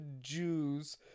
Jews